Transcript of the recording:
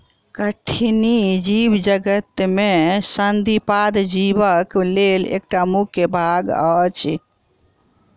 कठिनी जीवजगत में संधिपाद जीवक लेल एकटा मुख्य भाग अछि